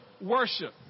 worship